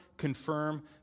confirm